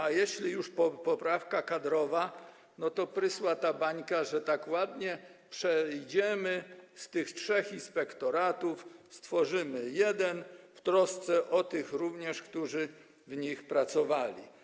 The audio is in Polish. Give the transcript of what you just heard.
A jeśli już poprawka kadrowa, to prysła ta bańka, że tak ładnie przejdziemy z tych trzech inspektoratów, stworzymy jeden w trosce również o tych, którzy w nich pracowali.